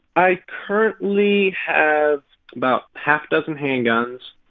i currently have about half dozen handguns.